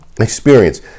Experience